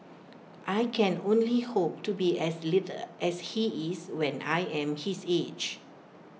I can only hope to be as lithe as he is when I am his age